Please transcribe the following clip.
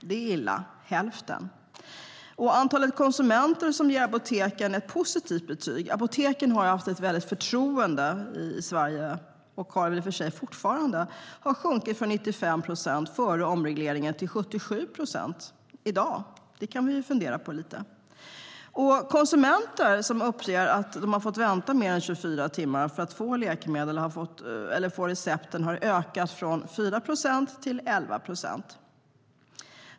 Över hälften, det är illa! Andelen konsumenter som ger apoteken ett positivt betyg - apoteken har åtnjutit ett högt förtroende i Sverige, och gör i och för sig fortfarande det - har sjunkit från 95 procent före omregleringen till 77 procent i dag. Det kan vi fundera på lite. Andelen konsumenter som uppger att de fått vänta mer än 24 timmar för att få läkemedel på recept har ökat från 4 procent till 11 procent.